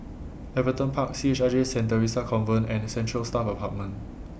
Everton Park C H I J Saint Theresa's Convent and Central Staff Apartment